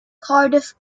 cardiff